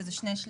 שזה שני שליש.